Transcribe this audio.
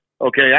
Okay